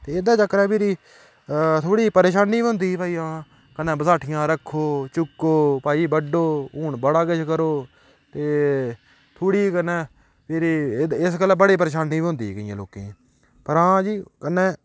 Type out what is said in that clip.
ते एह्दे चक्करै फिरी थोह्ड़ी परेशानी बी होंदी ही भाई हां कन्नै बसाठियां रक्खो चुक्को भाई बड्ढो हून बड़ा किश करो ते थोह्ड़ी कन्नै फिरी इस गल्ला बड़ी परेशानी बी होंदी ही केेईं लोकें गी पर हां जी कन्नै